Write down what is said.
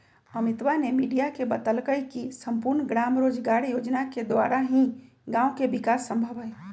अमितवा ने मीडिया के बतल कई की सम्पूर्ण ग्राम रोजगार योजना के द्वारा ही गाँव के विकास संभव हई